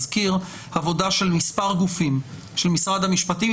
עבודה של מספר גופים: של משרד המשפטים,